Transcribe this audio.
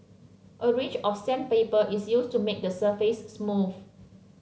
a range of sandpaper is used to make the surface smooth